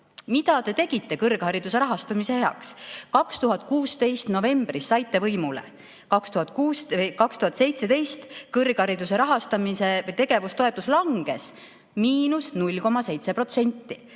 ta tegi kõrghariduse rahastamise heaks. 2016 novembris saite võimule, 2017 kõrghariduse rahastamise tegevustoetus langes 0,7%,